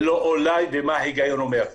ולא אולי ומה ההיגיון אומר.